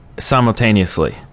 simultaneously